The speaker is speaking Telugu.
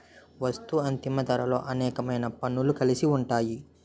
వస్తూ అంతిమ ధరలో అనేకమైన పన్నులు కలిసి ఉంటాయి